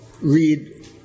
read